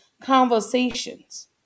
conversations